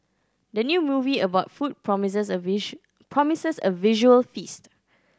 the new movie about food promises a promises a visual feast